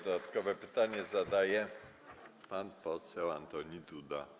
Dodatkowe pytanie zadaje pan poseł Antoni Duda.